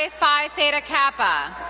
ah phi theta kappa.